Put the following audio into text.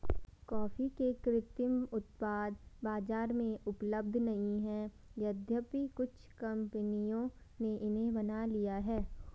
coffee के कृत्रिम उत्पाद बाजार में उपलब्ध नहीं है यद्यपि कुछ कंपनियों ने इन्हें बना लिया है